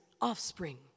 offspring